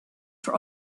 for